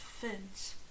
fins